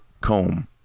comb